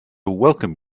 welcome